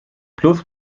plus